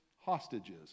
hostages